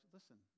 Listen